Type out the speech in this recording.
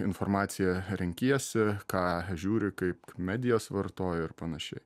informaciją renkiesi ką žiūri kaip medijas vartoji ir panašiai